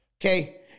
okay